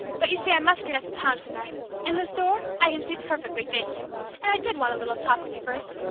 but you see i must get up to town to-night in this door? i can see perfectly, thank you and i did want a little talk with you first.